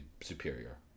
superior